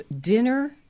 Dinner